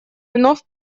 вновь